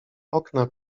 okna